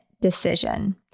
decision